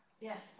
Yes